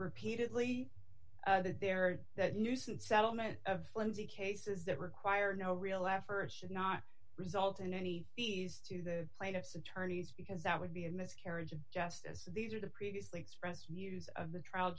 repeatedly that there are that nuisance settlement of flimsy cases that require no real effort should not result in any fees to the plaintiff's attorneys because that would be a miscarriage of justice these are the previously expressed views of the trial